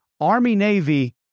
Army-Navy